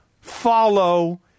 follow